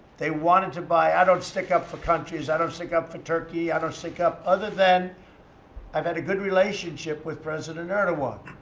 they wanted to buy i don't stick up for countries. i don't stick up for turkey. i don't stick up other than i've had a good relationship with president erdogan.